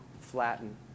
flatten